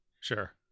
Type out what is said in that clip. Sure